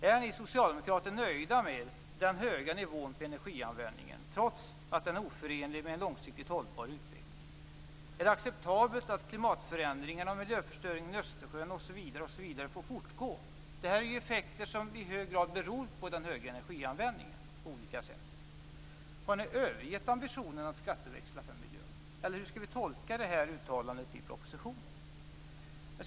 Är ni socialdemokrater nöjda med den höga nivån på energianvändningen, trots att den är oförenlig med en långsiktigt hållbar utveckling? Är det acceptabelt att klimatförändringarna och miljöförstöringen i Östersjön osv. får fortgå? Dessa effekter beror ju i hög grad på den höga energianvändningen. Har ni övergett ambitionen att skatteväxla för miljön? Eller hur skall vi tolka detta uttalande i propositionen?